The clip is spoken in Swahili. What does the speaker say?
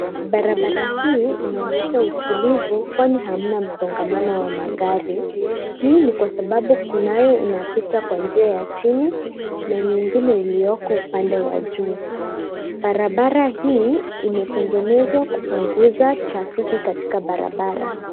Barabara hii inaonyesha utulivu kwani hamna msongamano wa magari. Hii ni kwa sababu kunayo inapita kwa njia ya chini na nyingine iliyoko upande wa juu. Barabara hii imetegenezwa kupunguza trafiki katika barabara.